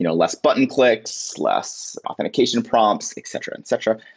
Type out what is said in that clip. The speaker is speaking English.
you know less button clicks, less authentication prompts, etc, etc.